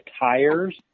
tires